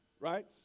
right